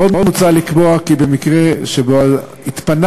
עוד מוצע לקבוע כי במקרה שבו התפנה